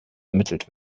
ermittelt